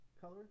color